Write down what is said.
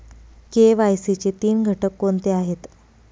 KYC चे तीन घटक कोणते आहेत?